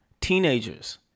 teenagers